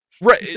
Right